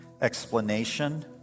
explanation